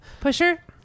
Pusher